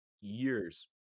years